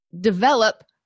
develop